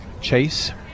Chase